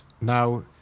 Now